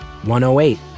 108